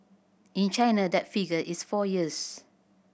in China that figure is four years